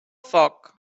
foc